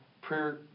prayer